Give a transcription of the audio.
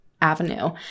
Avenue